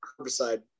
herbicide